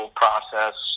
process